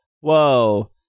whoa